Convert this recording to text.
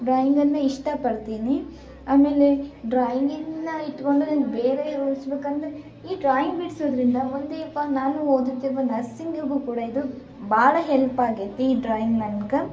ಡ್ರಾಯಿಂಗನ್ನು ಇಷ್ಟಪಡ್ತೀನಿ ಆಮೇಲೆ ಡ್ರಾಯಿಂಗನ್ನ ಇಟ್ಟುಕೊಂಡ್ರೆ ನನ್ಗೆ ಬೇರೆ ಹೋಲ್ಸ್ಬೇಕಂದ್ರೆ ಈ ಡ್ರಾಯಿಂಗ್ ಬಿಡ್ಸೋದ್ರಿಂದ ಒಂದೇ ಪ ನಾನು ಓದುತ್ತಿರುವ ನರ್ಸಿಂಗಿಗೂ ಕೂಡ ಇದು ಭಾಳ ಹೆಲ್ಪಾಗೈತಿ ಈ ಡ್ರಾಯಿಂಗ್ ನನ್ಗೆ